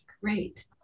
Great